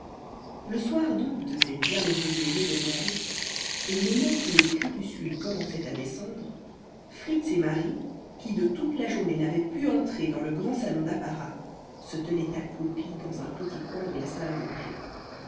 le soir donc de cette bien heureuse veille de noël au moment où le crépuscule commençait à descendre fritz et marie qui de toute la journée n'avaient pu entrer dans le grand salon d'apparat se tenaient accroupis dans un petit coin de la salle à manger